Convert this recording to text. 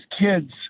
kids